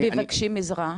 הם מבקשים עזרה?